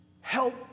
help